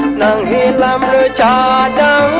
da da um da